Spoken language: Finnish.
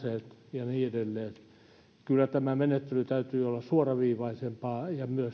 ja niin edelleen kyllä tämän menettelyn täytyy olla suoraviivaisempaa ja myös